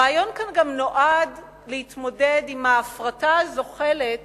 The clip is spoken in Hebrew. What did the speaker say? הרעיון כאן גם נועד להתמודד עם ההפרטה הזוחלת